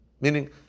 meaning